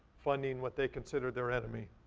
funding what they consider their enemy.